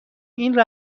این